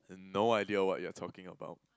no idea what you're talking about